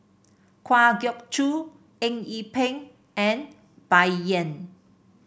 Kwa Geok Choo Eng Yee Peng and Bai Yan